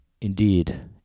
indeed